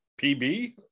PB